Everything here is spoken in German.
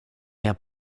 herr